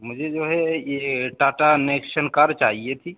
مجھے جو ہے یہ ٹاٹا نیکشن کار چاہیے تھی